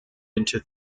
into